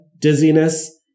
dizziness